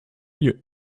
your